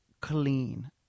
clean